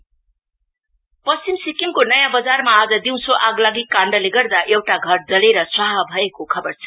fine west पश्चिम सिक्किमको नयाँ बजारमा आज दिँँसो आगलागी काण्डले गर्दा एउटा घर जलेर स्वाहा भएको खबर छ